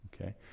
Okay